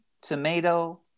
tomato